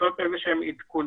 לעשות איזה שהם עדכונים,